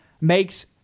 makes